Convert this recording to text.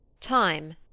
Time